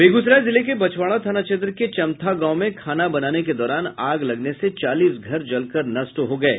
बेगूसराय जिले के बछवाड़ा थाना क्षेत्र के चमथा गांव में खाना बनाने के दौरान आग लगने से चालीस घर जलकर नष्ट हो गये